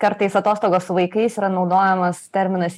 kartais atostogos su vaikais yra naudojamas terminas